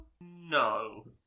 No